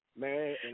man